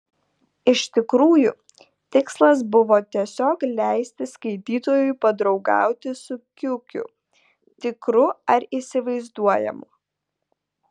iš tikrųjų tikslas buvo tiesiog leisti skaitytojui padraugauti su kiukiu tikru ar įsivaizduojamu